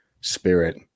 spirit